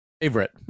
favorite